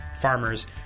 farmers